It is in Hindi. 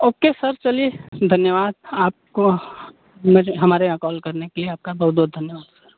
ओके सर चलिए धन्यवाद आपको मेरे हमारे यहाँ कॉल करने के लिए आपका बहुत बहुत धन्यवाद सर